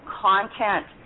content